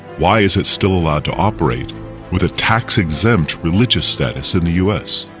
why is it still allowed to operate with a tax-exempt religious status in the u s?